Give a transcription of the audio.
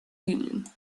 union